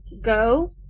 go